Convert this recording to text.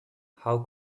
how